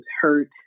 hurt